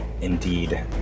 indeed